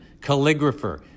calligrapher